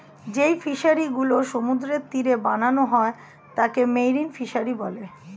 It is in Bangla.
যেই ফিশারি গুলো সমুদ্রের তীরে বানানো হয় তাকে মেরিন ফিসারী বলে